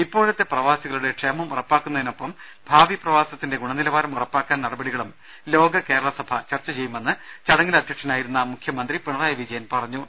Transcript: ഇപ്പോഴത്തെ പ്രവാ സികളുടെ ക്ഷേമം ഉറപ്പാക്കുന്നതിനൊപ്പം ഭാവി പ്രവാസത്തിന്റെ ഗുണനി ലവാരം ഉറപ്പാക്കാൻ നടപടികളും ലോക കേരള സഭ ചർച്ച ചെയ്യുമെന്ന് ചടങ്ങിൽ അധ്യക്ഷനായിരുന്ന മുഖ്യമന്ത്രി പിണറായി വിജയൻ പറഞ്ഞു